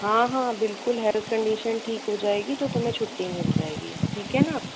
हाँ हाँ बिल्कुल हेल्थ कंडीशन ठीक हो जाएगी तो तुम्हें छुट्टी मिल जाएगी ठीक है न